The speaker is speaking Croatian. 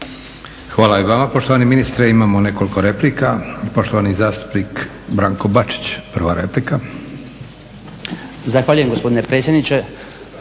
Hvala i vama poštovani ministre. Imamo nekoliko replika. Poštovani zastupnik Branko Bačić, prva replika.